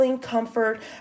comfort